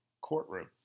courtroom